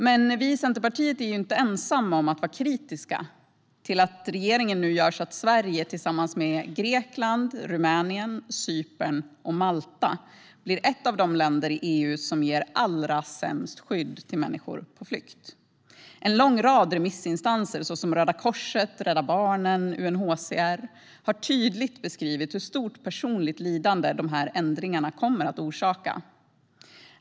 Men Centerpartiet är inte ensamt om att vara kritiskt till att regeringen gör så att Sverige tillsammans med Grekland, Rumänien, Cypern och Malta blir ett av de länder i EU som ger allra sämst skydd till människor på flykt. En lång rad remissinstanser, såsom Röda Korset, Rädda Barnen och UNHCR, har tydligt beskrivit hur stort personligt lidande dessa ändringar kommer att orsaka.